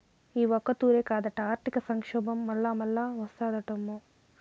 ఈ ఒక్కతూరే కాదట, ఆర్థిక సంక్షోబం మల్లామల్లా ఓస్తాదటమ్మో